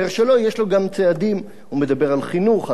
יש לו גם צעדים: הוא מדבר על חינוך, על הסברה.